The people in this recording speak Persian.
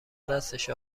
دستش